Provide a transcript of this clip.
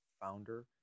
founder